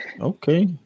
Okay